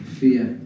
fear